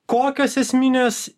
kokios esminės